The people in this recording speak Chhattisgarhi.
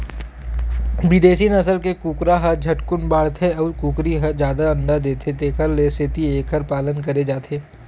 बिदेसी नसल के कुकरा ह झटकुन बाड़थे अउ कुकरी ह जादा अंडा देथे तेखर सेती एखर पालन करे जाथे